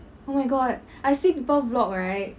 oh my god I see people vlog right